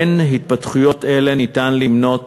בין התפתחויות אלה ניתן למנות